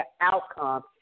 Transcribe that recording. outcome